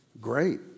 Great